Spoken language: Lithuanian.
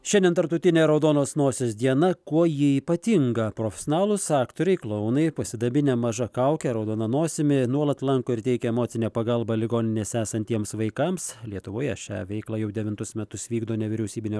šiandien tarptautinė raudonos nosies diena kuo ji ypatinga profesionalūs aktoriai klounai pasidabinę maža kauke raudona nosimi nuolat lanko ir teikia emocinę pagalbą ligoninėse esantiems vaikams lietuvoje šią veiklą jau devintus metus vykdo nevyriausybinė